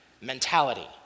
mentality